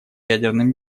ядерным